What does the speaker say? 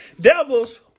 devils